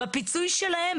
בפיצוי שלהם,